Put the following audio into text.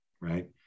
Right